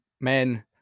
men